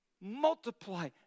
multiply